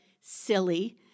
Silly